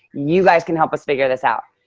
you guys can help us figure this out.